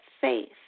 faith